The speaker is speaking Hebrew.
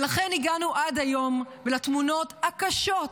ולכן הגענו עד היום ולתמונות הקשות,